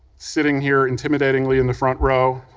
sitting here intimidatingly in the front row,